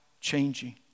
changing